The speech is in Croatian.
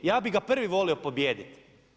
Ja bih ga prvi volio pobijediti.